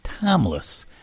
Timeless